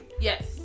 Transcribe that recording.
Yes